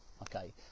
Okay